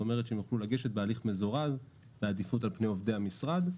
זאת אומרת שהם יוכלו לגשת בהליך מזורז בעדיפות על פני עובדי המשרד.